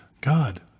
God